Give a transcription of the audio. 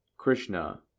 Krishna